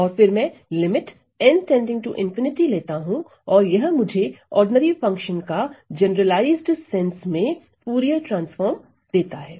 और फिर मैं लिमिट लेता हूं और यह मुझे साधारण फंक्शन का जनरलाइज्ड सेंस में फूरिये ट्रांसफॉर्म देता है